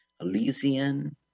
Elysian